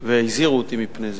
והרי אתה